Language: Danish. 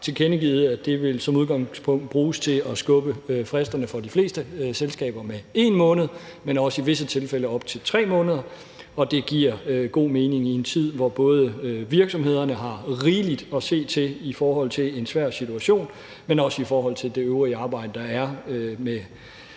tilkendegivet, at den som udgangspunkt vil blive brugt til at skubbe fristerne for de fleste selskaber med 1 måned, men i visse tilfælde i op til 3 måneder. Det giver god mening i en tid, hvor virksomhederne har rigeligt at se til i en svær situation, men det giver også mening i forhold til det øvrige arbejde, der er med